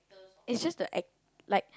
it's just the act like